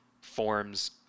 forms